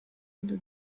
into